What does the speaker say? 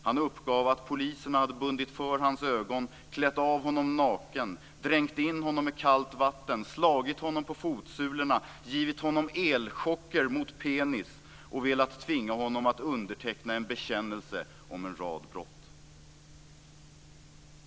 Han uppgav att poliserna hade bundit för hans ögon, klätt av honom naken, dränkt in honom med kallt vatten, slagit honom på fotsulorna, givit honom elchocker mot penis och velat tvinga honom att underteckna en bekännelse om en rad brott.